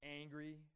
angry